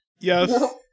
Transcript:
Yes